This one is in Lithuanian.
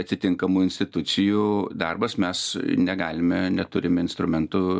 atitinkamų institucijų darbas mes negalime neturim instrumentų